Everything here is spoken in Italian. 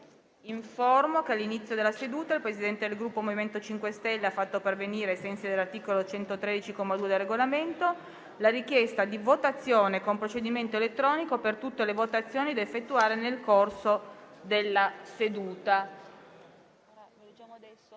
che all'inizio della seduta il Presidente del Gruppo MoVimento 5 Stelle ha fatto pervenire, ai sensi dell'articolo 113, comma 2, del Regolamento, la richiesta di votazione con procedimento elettronico per tutte le votazioni da effettuare nel corso della seduta.